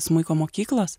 smuiko mokyklos